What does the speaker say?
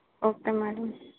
okay madam